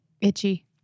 Itchy